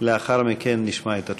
ולאחר מכן נשמע את התשובה.